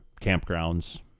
campgrounds